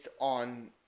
on